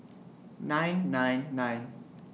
nine nine nine